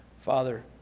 Father